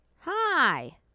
Hi